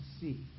see